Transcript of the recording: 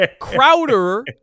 Crowder